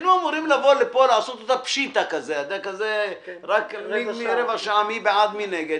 שהיינו אמורים לבוא לכאן ולעשות אותה פשיטא מי בעד-מי נגד,